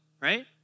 right